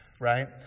right